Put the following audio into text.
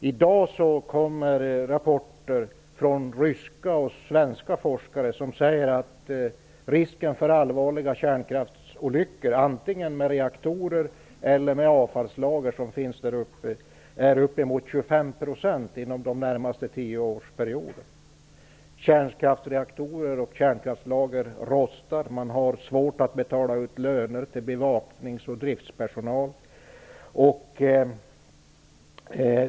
I dag kommer rapporter från ryska och svenska forskare där det sägs att risken för att det skall inträffa allvarliga kärnkraftsolyckor, antingen i reaktorer eller i sådana avfallslager som finns i denna region, är upp emot 25 % inom den närmaste tioårsperioden. Kärnkraftsreaktorer och kärnkraftslager rostar. Man har svårt att betala ut löner till bevaknings och driftspersonal.